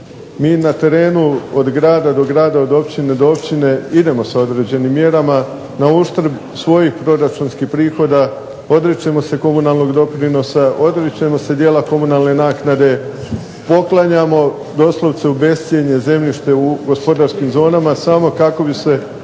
Mi na terenu od grada do grada, od općine do općine idemo sa određenim mjerama na uštrb svojih proračunskih prihoda odričemo se komunalnog doprinosa, odričemo se dijela komunalne naknade, poklanjamo doslovce u bescjenje zemljište u gospodarskim zonama samo kako bi se